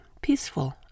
peaceful